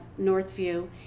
Northview